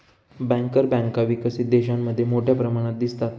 banker बँका विकसित देशांमध्ये मोठ्या प्रमाणात दिसतात